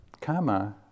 karma